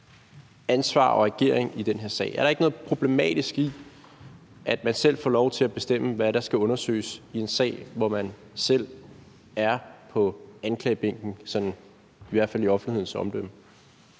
ansvar og ageren i den her sag. Er der ikke noget problematisk i, at man selv får lov til at bestemme, hvad der skal undersøges i en sag, hvor man selv er på anklagebænken, sådan i hvert fald i offentlighedens omdømme?